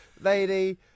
lady